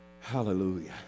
Hallelujah